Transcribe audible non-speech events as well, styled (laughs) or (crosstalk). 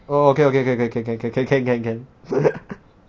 oh okay okay can can can can can can can can can (laughs)